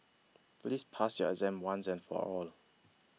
please pass your exam once and for all